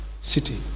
city